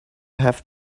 have